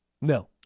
No